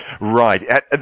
Right